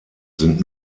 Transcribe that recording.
sind